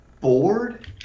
bored